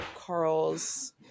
Carl's